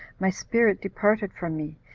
my spirit departed from me,